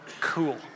cool